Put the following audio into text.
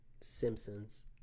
Simpsons